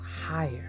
higher